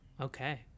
okay